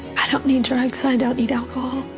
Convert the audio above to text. i don't need drugs. i don't need alcohol.